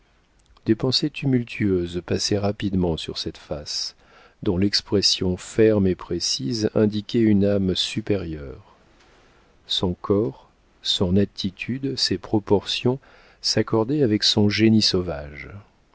des pensées tumultueuses passaient rapidement sur cette face dont l'expression ferme et précise indiquait une âme supérieure son corps son attitude ses proportions s'accordaient avec son génie sauvage